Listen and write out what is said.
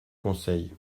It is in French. conseil